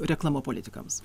reklama politikams